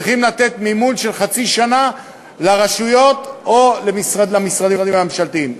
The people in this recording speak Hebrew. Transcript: צריכים לתת מימון של חצי שנה לרשויות או למשרדים הממשלתיים.